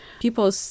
People